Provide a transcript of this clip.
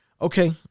Okay